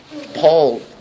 Paul